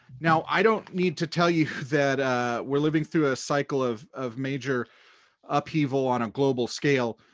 now, i don't need to tell you that we're living through a cycle of of major upheaval on a global scale.